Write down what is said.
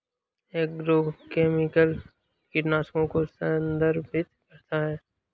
agrochemicals कीटनाशकों को संदर्भित करता है